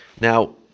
Now